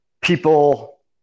people